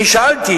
שאלתי